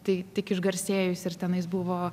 tai tik išgarsėjus ir tenais buvo